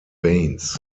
veins